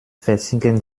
versinken